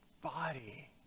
body